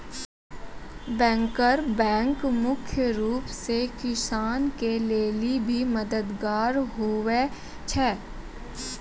banker bank मुख्य रूप से किसान के लेली भी मददगार हुवै छै